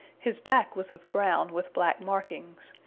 his back was of brown with black markings.